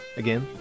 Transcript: again